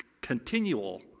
continual